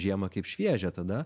žiemą kaip šviežią tada